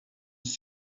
dix